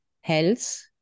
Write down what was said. health